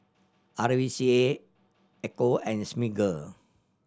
R V C A Ecco and Smiggle